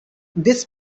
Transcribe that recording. this